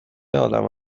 عالم